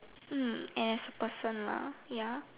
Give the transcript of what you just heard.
mm as a person lah ya